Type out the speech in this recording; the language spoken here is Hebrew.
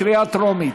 קריאה טרומית.